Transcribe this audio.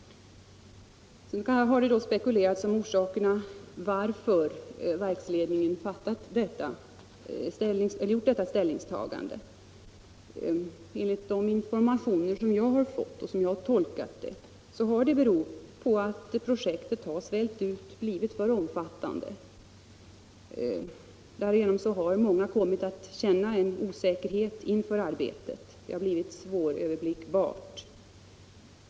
Det har spekulerats om orsakerna till att verksledningen tagit denna ställning. Enligt de informationer som jag har fått är anledningen att projektet svällt ut och blivit för omfattande. Därigenom har många kommit att känna osäkerhet inför arbetet. Det har blivit svåröverblickbart.